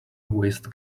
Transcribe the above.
waste